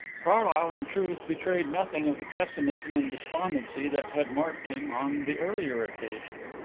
carlyle, in truth, betrayed nothing of the pessimism and despondency that had marked him on the earlier occasion.